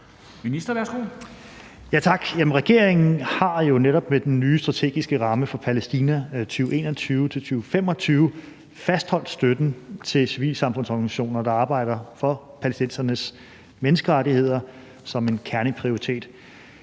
(Jeppe Kofod): Tak. Regeringen har jo netop med den nye strategiske ramme for Palæstina 2021-2025 fastholdt støtten til civilsamfundsorganisationer, der arbejder for palæstinensernes menneskerettigheder som en kerneprioritet.